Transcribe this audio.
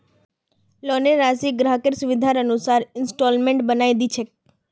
लोनेर राशिक ग्राहकेर सुविधार अनुसार इंस्टॉल्मेंटत बनई दी छेक